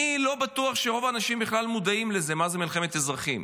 אני לא בטוח שרוב האנשים בכלל יודעים מה זה מלחמת אזרחים.